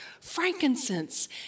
frankincense